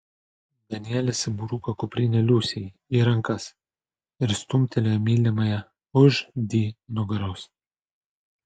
danielis įbruko kuprinę liusei į rankas ir stumtelėjo mylimąją už di nugaros